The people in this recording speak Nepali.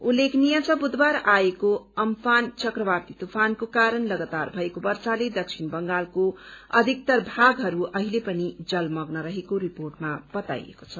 उल्लेखनीय छ बुधबार आएको अम्फन चक्रवाती तूफानको कारण लगातार भएको वर्षाले दक्षिण बंगालको अधिक्तर भागहरू अहिले पनि जलमगन रहेको रिर्पोटमा बताईएको छ